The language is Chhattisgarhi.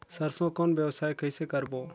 सरसो कौन व्यवसाय कइसे करबो?